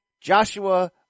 Joshua